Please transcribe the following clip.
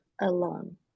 alone